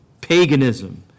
paganism